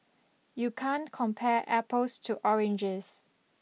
you can't compare apples to oranges